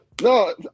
No